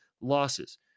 losses